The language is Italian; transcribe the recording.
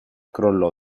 crollò